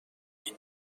این